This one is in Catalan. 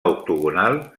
octogonal